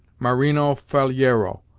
marino faliero,